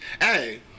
Hey